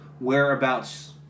whereabouts